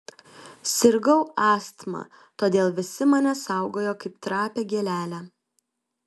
sirgau astma todėl visi mane saugojo kaip trapią gėlelę